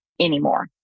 anymore